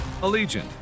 allegiant